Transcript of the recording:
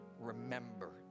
remember